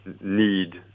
need